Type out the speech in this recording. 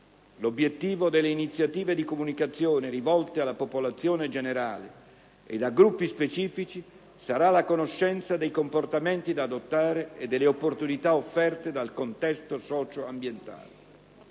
l'obiettivo delle iniziative di comunicazione rivolte alla popolazione generale e a gruppi specifici sarà la conoscenza dei comportamenti da adottare e delle opportunità offerte dal contesto socio-ambientale